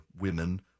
women